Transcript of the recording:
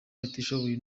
abatishoboye